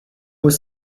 was